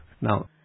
Now